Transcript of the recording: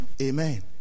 Amen